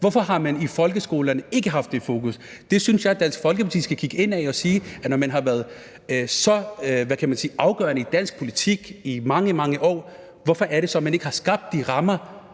hvorfor man i folkeskolerne ikke har haft det fokus. Der synes jeg Dansk Folkeparti skulle kigge indad og spørge sig selv, når man har været så, hvad kan man sige, afgørende i dansk politik i mange, mange år, hvorfor det så er, at man ikke har skabt de rammer